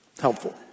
Helpful